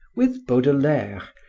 with baudelaire,